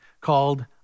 called